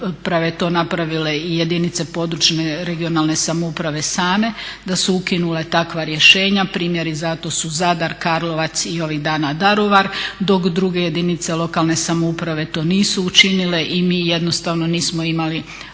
to napravile i jedinice područne regionalne samouprave same da su ukinule takva rješenja. Primjeri za to su Zadar, Karlovac i ovih dana Daruvar, dok druge jedinice lokalne samouprave to nisu učinile i mi jednostavno nismo imali uvjeta